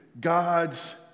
God's